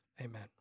Amen